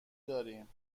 داریم